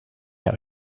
out